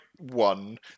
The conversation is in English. one